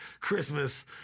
Christmas